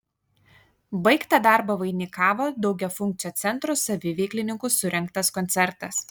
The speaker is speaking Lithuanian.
baigtą darbą vainikavo daugiafunkcio centro saviveiklininkų surengtas koncertas